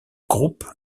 groupe